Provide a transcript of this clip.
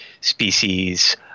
species